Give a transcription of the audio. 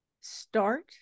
start